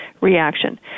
reaction